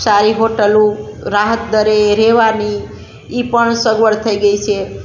સારી હોટલો રાહતદરે રહેવાની એ પણ સગવડ થઈ ગઈ છે